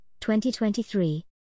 2023